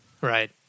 right